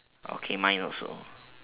okay mine also